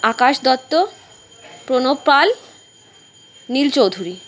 Akash Dutta Pranab Pal Neel Chowdhury